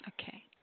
okay